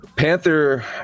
Panther